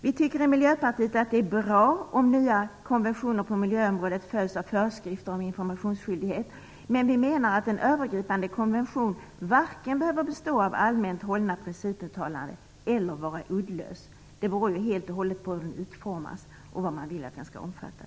Vi i Miljöpartiet tycker att det är bra om nya konventioner på miljöområdet följs av föreskrifter om informationsskyldighet. Men vi menar att en övergripande konvention varken behöver bestå av allmänt hållna principuttalanden eller vara uddlös. Det beror ju helt och hållet på hur konventionen utformas och vad man vill att den skall omfatta.